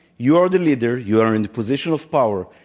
you are the leader, you are in the position of power.